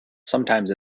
sometimes